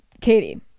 Katie